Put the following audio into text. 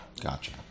gotcha